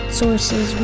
sources